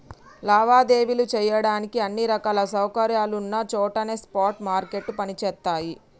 లావాదేవీలు చెయ్యడానికి అన్ని రకాల సౌకర్యాలున్న చోటనే స్పాట్ మార్కెట్లు పనిచేత్తయ్యి